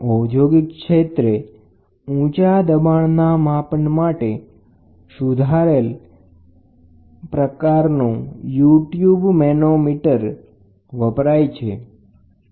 ઔદ્યોગિક ક્ષેત્રે ઊંચા દબાણના માપન માટે સુધારેલું યુ ટ્યુબ મેનોમીટર વપરાય છે